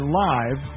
live